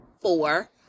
four